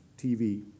TV